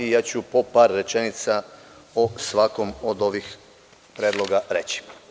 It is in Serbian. Ja ću po par rečenica o svakom od ovih predloga reći.